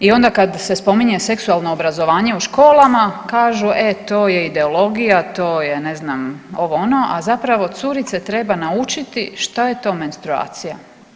I onda kada se spominje seksualno obrazovanje u školama kažu e to je ideologija, to je ovo, ono, a zapravo curice treba naučiti što je to menstruacija.